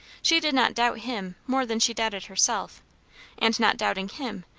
she did not doubt him more than she doubted herself and not doubting him,